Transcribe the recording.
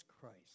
Christ